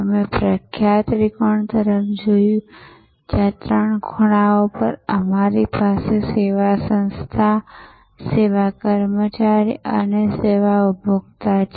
અમે પ્રખ્યાત ત્રિકોણ તરફ જોયું જ્યાં ત્રણ ખૂણા પર અમારી પાસે સેવા સંસ્થા સેવા કર્મચારી અને સેવા ઉપભોક્તા છે